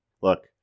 Look